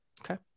Okay